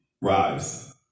Rise